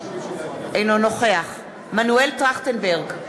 אינו נוכח מנואל טרכטנברג,